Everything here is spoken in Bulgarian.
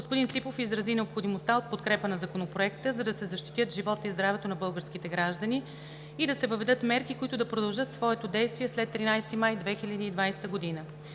Господин Ципов изрази необходимостта от подкрепа на Законопроекта, за да се защитят животът и здравето на българските граждани и да се въведат мерки, които да продължат своето действие след 13 май 2020 г.